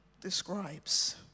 describes